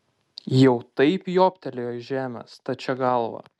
jau taip jobtelėjo į žemę stačia galva